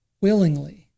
willingly